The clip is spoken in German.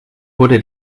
wurde